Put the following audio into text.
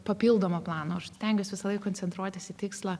papildomo plano aš stengiuos visą laik koncentruotis į tikslą